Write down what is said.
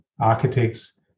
architects